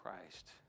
Christ